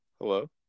Hello